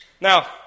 Now